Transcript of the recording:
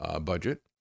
budget